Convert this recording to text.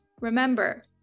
Remember